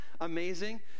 Amazing